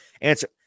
answer